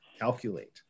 calculate